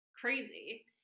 crazy